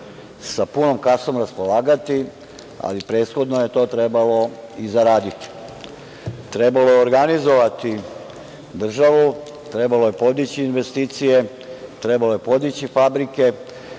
sa punom kasom raspolagati, ali prethodno je to trebalo i zaraditi. Trebalo je organizovati državu, trebalo je podići investicije, trebalo je podići fabrike.